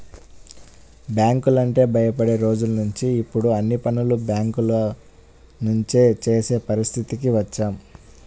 బ్యాంకులంటే భయపడే రోజులనుంచి ఇప్పుడు అన్ని పనులు బ్యేంకుల నుంచే చేసే పరిస్థితికి వచ్చాం